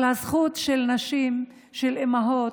על הזכות של נשים, של אימהות,